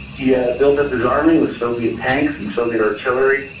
yeah built up his army with soviet tanks and soviet artillery.